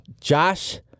Josh